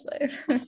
life